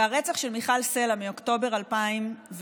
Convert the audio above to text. והרצח של מיכל סלה באוקטובר 2019,